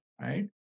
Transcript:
right